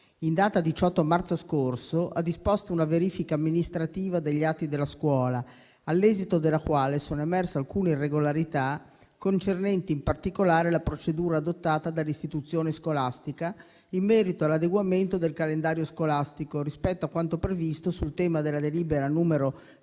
in data 18 marzo scorso, ha disposto una verifica amministrativa degli atti della scuola, all'esito della quale sono emerse alcune irregolarità, concernenti in particolare la procedura adottata dall'istituzione scolastica in merito all'adeguamento del calendario scolastico rispetto a quanto previsto sul tema della delibera n.